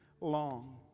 long